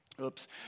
Oops